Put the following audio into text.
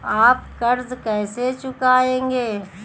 आप कर्ज कैसे चुकाएंगे?